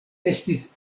estis